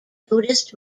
buddhist